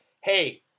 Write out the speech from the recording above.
hey